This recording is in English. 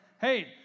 Hey